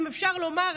אם אפשר לומר,